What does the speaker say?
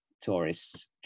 tourists